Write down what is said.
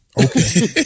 Okay